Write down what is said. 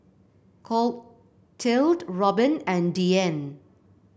Clotilde Robbin and Deann